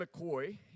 McCoy